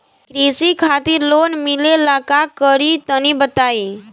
कृषि खातिर लोन मिले ला का करि तनि बताई?